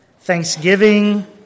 thanksgiving